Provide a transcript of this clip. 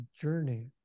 journey